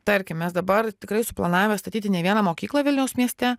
tarkim mes dabar tikrai suplanavę statyti ne vieną mokyklą vilniaus mieste